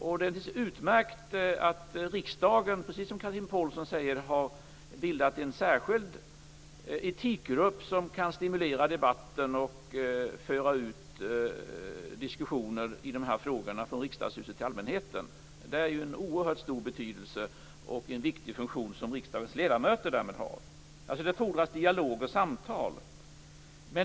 Det är utmärkt att riksdagen - precis som Chatrine Pålsson säger - har bildat en särskild etikgrupp som kan stimulera debatten och föra ut diskussioner i frågorna från riksdagshuset till allmänheten. Det är av oerhört stor betydelse och därmed en viktig funktion för riksdagens ledamöter. Det fordras dialog och samtal.